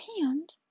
hand